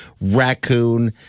raccoon